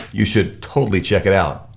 you should totally check it out.